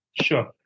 Sure